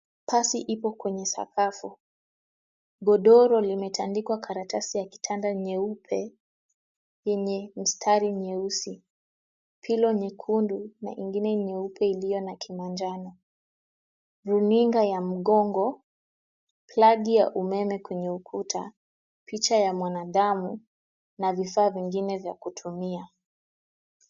Pasi ipo kwenye sakafu. Godoro limetandikwa karatasi ya kitanda nyeupe yenye mstari nyeusi. Pilo nyekundu na ingine nyeupe iliyo na kimanjano. Runinga ya mgongo, plagi ya umeme kwenye ukuta, picha ya mwanadamu na vifaa vingine vya kutumia.